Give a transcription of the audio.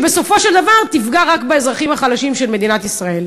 כי בסופו של דבר היא תפגע רק באזרחים החלשים של מדינת ישראל.